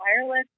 wireless